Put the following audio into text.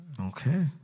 Okay